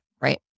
Right